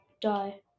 die